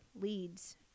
leads